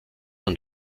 und